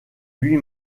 lui